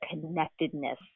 connectedness